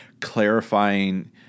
clarifying